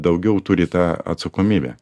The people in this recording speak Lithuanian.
daugiau turi tą atsakomybę